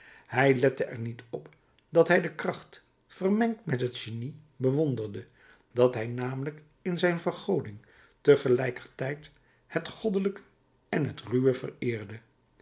hij lette er niet op dat hij de kracht vermengd met het genie bewonderde dat hij namelijk in zijn vergoding tegelijkertijd het goddelijke en het ruwe vereerde